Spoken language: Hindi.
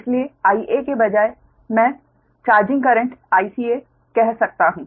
इसलिए Ia के बजाय मैं चार्जिंग करेंट Ica कह सकता हूं